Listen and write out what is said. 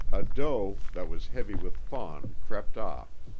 a doe that was heavy with fawn crept off,